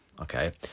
Okay